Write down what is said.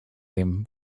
him